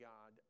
God